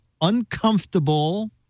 uncomfortable